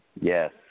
Yes